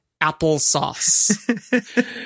applesauce